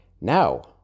Now